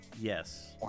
Yes